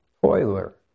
toiler